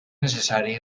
necessari